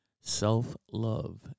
self-love